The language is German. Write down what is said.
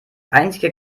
einzige